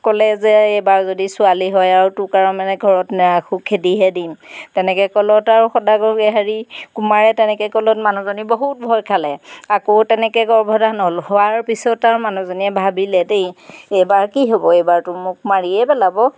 ক'লে যে এইবাৰ যদি ছোৱালী হয় আৰু তোৰ আৰু মানে ঘৰত নাৰাখোঁ খেদিহে দিম তেনেকৈ ক'লত আৰু সদাগৰ হেৰি কুমাৰে তেনেকৈ ক'লত মানুহজনী বহুত ভয় খালে আকৌ তেনেকৈ গৰ্ভধাৰণ হ'ল হোৱাৰ পিছত আৰু মানুহজনীয়ে ভাবিলে দেই এইবাৰ কি হ'ব এইবাৰতো মোক মাৰিয়েই পেলাব